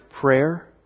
prayer